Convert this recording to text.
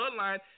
bloodline